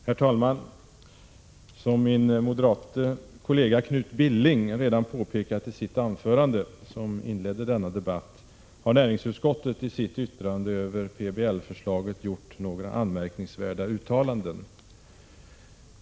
Herr talman! Som min moderate kollega Knut Billing redan påpekat i sitt anförande, som inledde denna debatt, har näringsutskottet i sitt yttrande över PBL-förslaget gjort några anmärkningsvärda uttalanden.